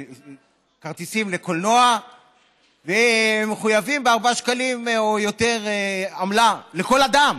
כרטיסים לקולנוע והם מחויבים בארבעה שקלים או יותר עמלה לכל אדם.